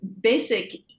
basic